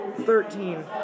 Thirteen